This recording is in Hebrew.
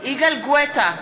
יגאל גואטה,